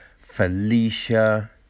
Felicia